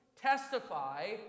testify